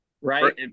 right